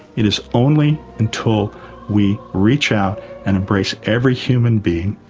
it is only until we reach out and embrace every human being